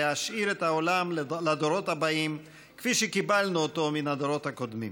להשאיר את העולם לדורות הבאים כפי שקיבלנו אותו מהדורות הקודמים.